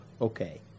okay